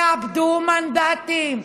תאבדו מנדטים,